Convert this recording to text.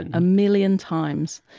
and a million times,